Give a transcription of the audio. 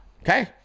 okay